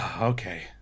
okay